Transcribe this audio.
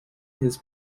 his